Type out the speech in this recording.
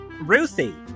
Ruthie